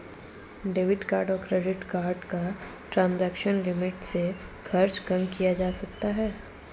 debit card और credit card का transaction limit से खर्च कम किया जा सकता है